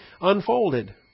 unfolded